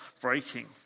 breaking